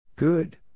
Good